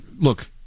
look